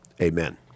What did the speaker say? Amen